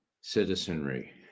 citizenry